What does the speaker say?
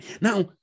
Now